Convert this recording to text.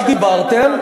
רק דיברתם,